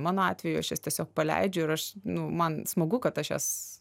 mano atveju aš jas tiesiog paleidžiu ir aš nu man smagu kad aš jas